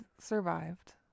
survived